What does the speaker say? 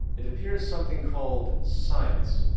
it appears something called science.